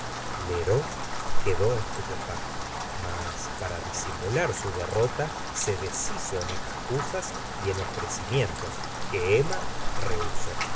quedó estupefacto mas para disimular su derrota se deshizo en excusas y en ofrecimientos que emma rehusó